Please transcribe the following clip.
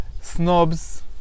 snobs